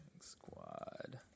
squad